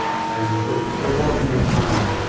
and so there was no time,